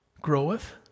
Groweth